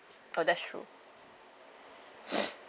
oh that's true